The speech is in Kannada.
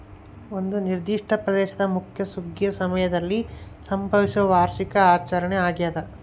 ಒಂದು ನಿರ್ದಿಷ್ಟ ಪ್ರದೇಶದ ಮುಖ್ಯ ಸುಗ್ಗಿಯ ಸಮಯದಲ್ಲಿ ಸಂಭವಿಸುವ ವಾರ್ಷಿಕ ಆಚರಣೆ ಆಗ್ಯಾದ